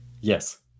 Yes